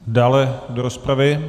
Dále do rozpravy?